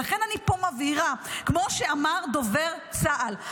ולכן אני פה מבהירה: כמו שאמר דובר צה"ל,